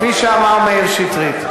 כפי שאמר מאיר שטרית.